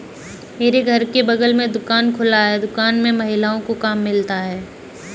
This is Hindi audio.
मेरे घर के बगल में दुकान खुला है दुकान में महिलाओं को काम मिलता है